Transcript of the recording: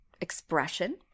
expression